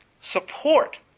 support